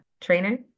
trainer